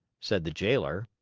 said the jailer.